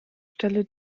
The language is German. stelle